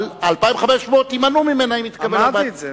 אבל ה-2,500 יימנעו ממנה אם היא תקבל 4,000. אמרתי את זה.